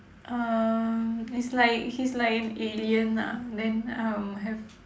um it's like he's like an alien ah then um have